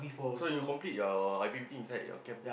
so you complete your I_P_P_T inside your camp